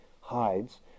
hides